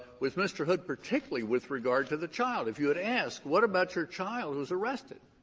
with mr. hood particularly, with regard to the child. if you had asked what about your child who was arrested?